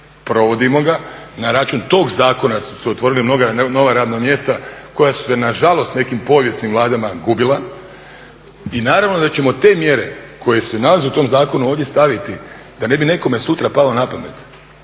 provodimo ga na račun tog zakona su se otvorila mnoga nova radna mjesta koja su se na žalost nekim povijesnim vladama gubila. I naravno da ćemo te mjere koje se nalaze u tom zakonu ovdje staviti, da ne bi nekome sutra palo na pamet